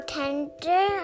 tender